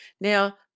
Now